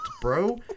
bro